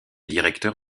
directeur